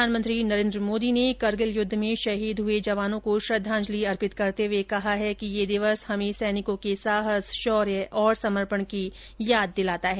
प्रधानमंत्री नरेन्द्र मोदी ने करगिल युद्ध में शहीद हुए जवानों को श्रद्वाजंलि अर्पित करते हुए कहा है कि यह दिवस हमे सैनिकों के साहस शौर्य और समर्पण को याद दिलाता है